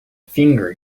finger